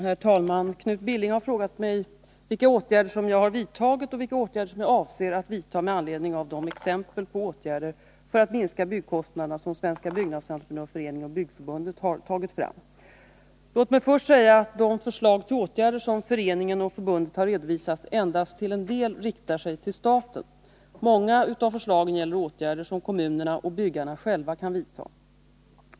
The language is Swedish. Herr talman! Knut Billing har frågat mig vilka åtgärder som jag har vidtagit och vilka åtgärder som jag avser att vidta med anledning av de exempel på åtgärder för att minska byggnadskostnaderna som Svenska byggnadsentreprenörföreningen och Byggförbundet har tagit fram. Låt mig först säga att de förslag till åtgärder som föreningen och förbundet har redovisat endast till en del riktar sig till staten. Många av förslagen gäller åtgärder som kommunerna och byggarna själva kan vidta.